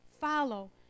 Follow